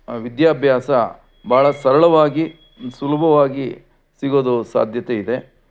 ವಿದ್ಯಾಭ್ಯಾಸ ಭಾಳ ಸರಳವಾಗಿ ಸುಲಭವಾಗಿ ಸಿಗೋದು ಸಾಧ್ಯತೆ ಇದೆ